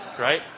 Right